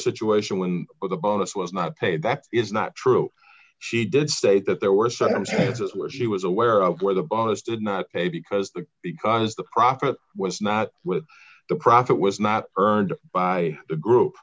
situation when the bonus was not paid that is not true she did state that there were some stanzas where she was aware of where the bonus did not pay because the because the profit was not with the profit was not earned by the group